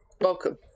Welcome